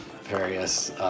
various